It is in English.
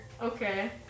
Okay